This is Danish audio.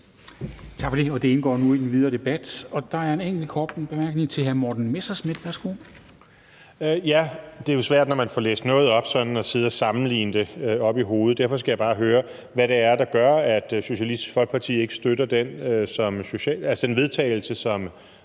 indgår nu i den videre debat. Der er en enkelt kort bemærkning til hr. Morten Messerschmidt. Værsgo. Kl. 16:59 Morten Messerschmidt (DF): Det er jo svært, når man får læst noget op, sådan at sidde og sammenligne det oppe i hovedet. Derfor skal jeg bare høre, hvad det er, der gør, at Socialistisk Folkeparti ikke støtter det forslag til vedtagelse, som